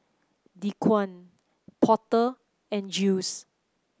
Dequan Porter and Jiles